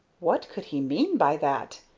what could he mean by that,